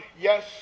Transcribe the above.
yes